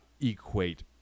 equate